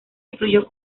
influyó